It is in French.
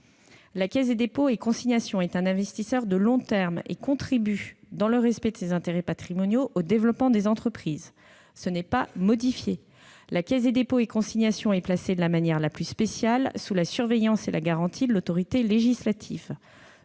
La Caisse des dépôts et consignations est un investisseur de long terme et contribue, dans le respect de ses intérêts patrimoniaux, au développement des entreprises. « La Caisse des dépôts et consignations est placée, de la manière la plus spéciale, sous la surveillance et la garantie de l'autorité législative.